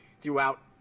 throughout